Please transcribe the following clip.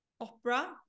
opera